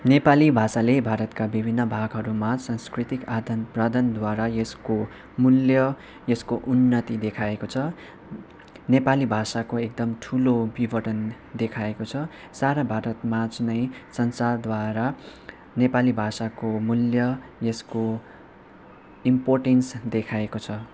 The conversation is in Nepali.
नेपाली भाषाले भारतका विभिन्न भागहरूमा सांस्कृतिक आदान प्रदानद्वारा यसको मूल्य यसको उन्नति देखाएको छ नेपाली भाषाको एकदम ठुलो विवरण देखाएको छ सारा भारत माझ नै संसारद्वारा नेपाली भाषाको मूल्य यसको इम्पोटेन्स देखाएको छ